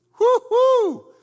Woo-hoo